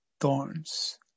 thorns